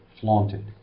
flaunted